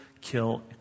kill